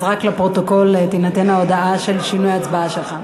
אז רק לפרוטוקול תינתן ההודעה על שינוי ההצבעה שלך.